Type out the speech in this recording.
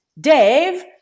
Dave